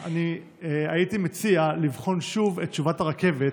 הייתי מציע לבחון שוב את תשובת הרכבת